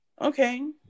okay